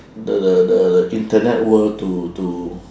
the the the the internet world to to